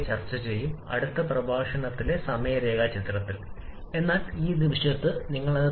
ചേർത്ത് നമ്മൾ ഒരു ഇന്ധന വായു ചക്രം സൃഷ്ടിക്കുന്നു അനുയോജ്യമായ ചക്രത്തിലെ ഈ നാല് ഘടകങ്ങൾ